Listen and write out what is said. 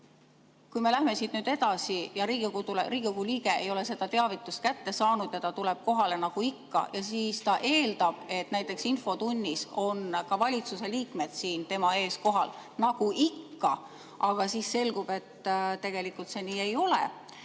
Nüüd läheme siit edasi, Riigikogu liige ei ole seda teavitust kätte saanud, ta tuleb kohale nagu ikka ja ta eeldab, et näiteks infotunnis on ka valitsuse liikmed siin tema ees kohal nagu ikka, aga siis selgub, et tegelikult see nii ei ole.